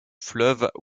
fleuve